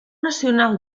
nacional